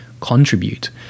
contribute